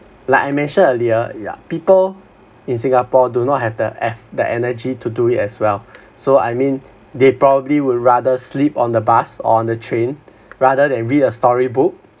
like I mentioned earlier yeah people in singapore do not have the eff~ the energy to do it as well so I mean they probably would rather sleep on the bus on the train rather than read a storybook